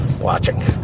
watching